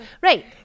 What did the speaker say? Right